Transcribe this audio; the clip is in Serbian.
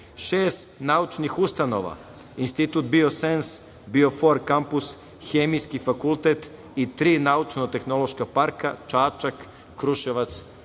naučnih ustanova: Institut „Biosens“, „Biofor kampus“, Hemijski fakultet i tri naučno-tehnološka parka, Čačak, Kruševac i Niš.